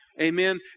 Amen